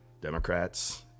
Democrats